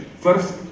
First